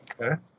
Okay